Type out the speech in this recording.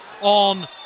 on